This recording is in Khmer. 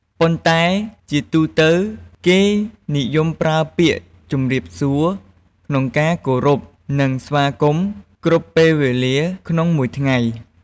ប៉ុន្តែជាទូទៅគេនិយមប្រើពាក្យ ជំរាបសួរ ក្នុងការគោរព និងស្វាគមន៍ គ្រប់ពេលវេលាក្នុងមួយថ្ងៃ។